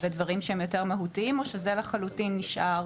ודברים שהם יותר מהותיים או שזה לחלוטין נשאר